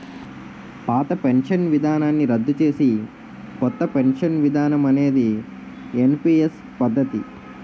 పాత పెన్షన్ విధానాన్ని రద్దు చేసి కొత్త పెన్షన్ విధానం అనేది ఎన్పీఎస్ పద్ధతి